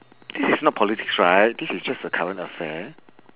this is not politics right this is just a current affair